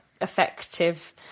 Effective